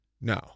No